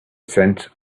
scent